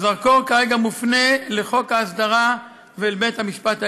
הזרקור כרגע מופנה לחוק ההסדרה ואל בית-המשפט העליון.